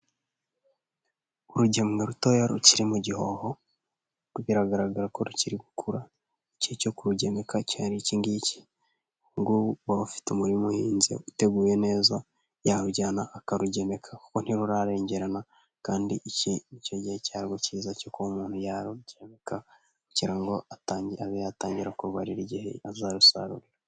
Urugemwe rutoya rukiri mu gihoho biragaragara ko rukiri gukura igihe cyo kurugemeka cyari iki ngiki ngo uwaba ufite umurimo uhinze uteguye neza yarujyana akarugemeka kuko ntirurarengengerana kandi icyi ni cyo gihe cyarwo cyiza cyuko umuntu yarugeraka kugira ngo yatangire abe yatangira kubarira igihe azarusarurira.